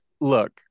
Look